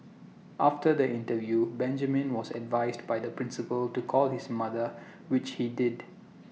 after the interview Benjamin was advised by the principal to call his mother which he did